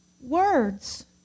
words